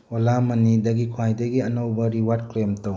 ꯑꯣꯂꯥ ꯃꯅꯤꯗꯒꯤ ꯈ꯭ꯋꯥꯏꯗꯒꯤ ꯑꯅꯧꯕ ꯔꯤꯋꯥꯔꯠ ꯀ꯭ꯂꯦꯝ ꯇꯧ